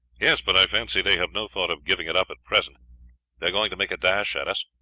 yes, but i fancy they have no thought of giving it up at present they are going to make a dash at us.